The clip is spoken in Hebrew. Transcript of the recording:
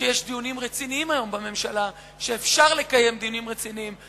שיש היום דיונים רציניים בממשלה,